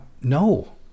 No